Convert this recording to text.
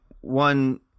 one